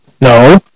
No